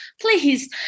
Please